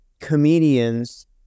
comedians